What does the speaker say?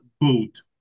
boot